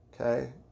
okay